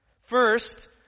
First